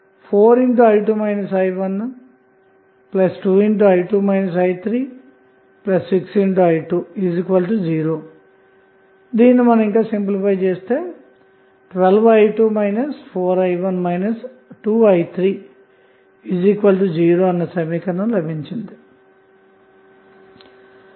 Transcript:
4i2 i12i2 i36i20⇒12i2 4i1 2i30 సమీకరణం లభిస్తుంది